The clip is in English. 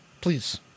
please